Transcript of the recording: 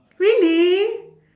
really